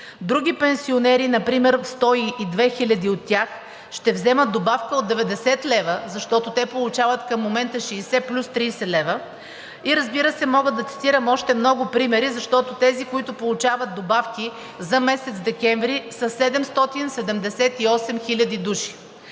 други пенсионери, например 102 хиляди от тях ще вземат добавка от 90 лв., защото те получават към момента 60 плюс 30 лв. Разбира се, мога да цитирам още много примери, защото тези, които получават добавки за месец декември, са 778 хиляди души.